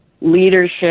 leadership